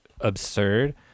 absurd